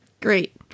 Great